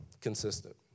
consistent